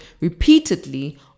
repeatedly